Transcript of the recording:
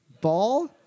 Ball